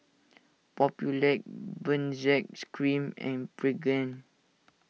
Papulex Benzac Cream and Pregain